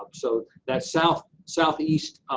um so that's south, southeast